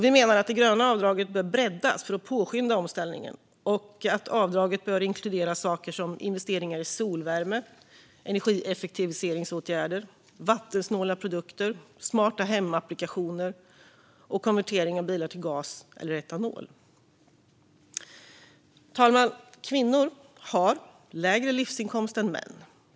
Vi menar att det gröna avdraget bör breddas för att påskynda omställningen och att avdraget bör inkludera saker som investeringar i solvärme, energieffektiviseringsåtgärder, vattensnåla produkter, smarta hemapplikationer och konvertering av bilar till gas eller etanol. Fru talman! Kvinnor har lägre livsinkomst än män.